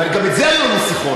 וגם על זה היו לנו שיחות,